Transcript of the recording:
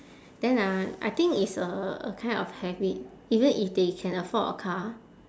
then ah I think it's a a kind of habit even if they can afford a car